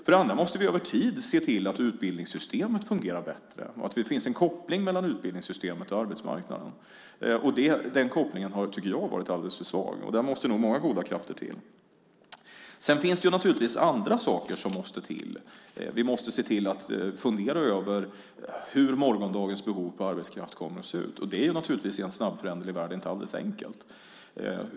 Vi måste över tid se till att utbildningssystemet fungerar bättre och att det finns en koppling mellan utbildningssystemet och arbetsmarknaden. Jag tycker att den kopplingen har varit alldeles för svag. Där måste många goda krafter till. Sedan finns det naturligtvis andra saker som måste till. Vi måste fundera över hur morgondagens behov av arbetskraft kommer att se ut. Det är inte alldeles enkelt i en snabbföränderlig värld.